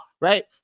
right